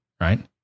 right